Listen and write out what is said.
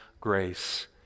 grace